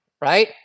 right